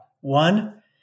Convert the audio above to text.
one